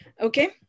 Okay